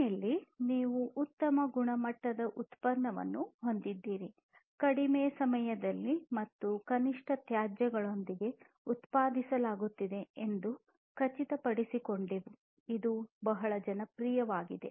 ಕೊನೆಯಲ್ಲಿ ನೀವು ಉತ್ತಮ ಗುಣಮಟ್ಟದ ಉತ್ಪನ್ನವನ್ನು ಹೊಂದಿದ್ದೀರಿ ಕಡಿಮೆ ಸಮಯದಲ್ಲಿ ಮತ್ತು ಕನಿಷ್ಠ ತ್ಯಾಜ್ಯಗಳೊಂದಿಗೆ ಉತ್ಪಾದಿಸಲಾಗುತ್ತದೆ ಎಂದು ಖಚಿತಪಡಿಸಿಕೊಂಡಿದೆ